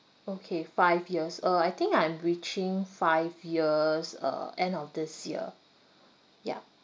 okay five years uh I think I'm reaching five years uh end of this year ya